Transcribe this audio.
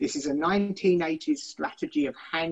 חייבים